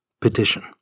Petition